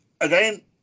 again